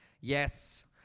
yes